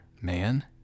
man